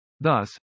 Thus